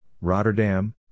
Rotterdam